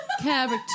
character